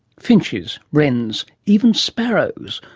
finches, wrens even sparrows.